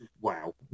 wow